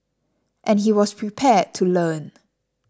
and he was prepared to learn